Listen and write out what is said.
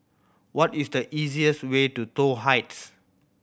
what is the easiest way to Toh Heights